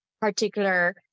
particular